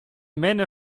mähne